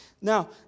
Now